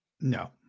No